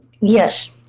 Yes